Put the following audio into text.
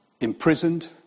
imprisoned